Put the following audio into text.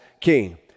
king